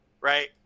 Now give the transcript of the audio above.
Right